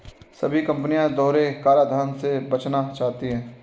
सभी कंपनी दोहरे कराधान से बचना चाहती है